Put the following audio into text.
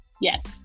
Yes